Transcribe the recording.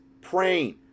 praying